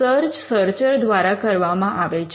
search searcher દ્વારા કરવામાં આવે છે